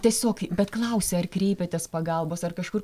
tiesiog bet klausia ar kreipėtės pagalbos ar kažkur